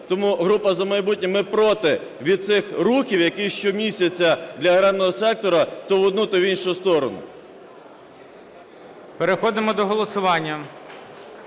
Тому група "За майбутнє", ми проти від цих рухів, які щомісяця для аграрного сектора то в одну, то в іншу сторону. ГОЛОВУЮЧИЙ. Переходимо до голосування.